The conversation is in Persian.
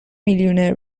میلیونر